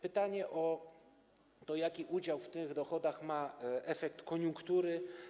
Pytanie o to, jaki udział w tych dochodach ma efekt koniunktury.